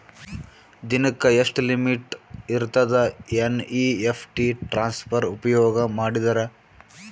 ದಿನಕ್ಕ ಎಷ್ಟ ಲಿಮಿಟ್ ಇರತದ ಎನ್.ಇ.ಎಫ್.ಟಿ ಟ್ರಾನ್ಸಫರ್ ಉಪಯೋಗ ಮಾಡಿದರ?